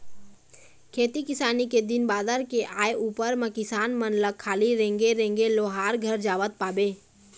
खेती किसानी के दिन बादर के आय उपर म किसान मन ल खाली रेंगे रेंगे लोहारे घर जावत पाबे